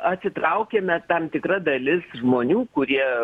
atsitraukiame tam tikra dalis žmonių kurie